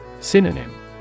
Synonym